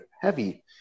heavy